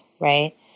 right